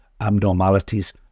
abnormalities